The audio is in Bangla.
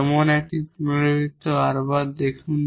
যেমন একটি রিপিটেড r হবে